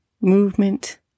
movement